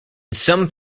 some